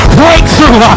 breakthrough